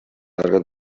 òrgan